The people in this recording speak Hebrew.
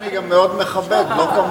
אתה יודע שאני גם מאוד מכבד, לא כמוהו.